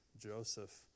Joseph